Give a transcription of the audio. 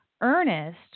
Ernest